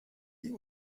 die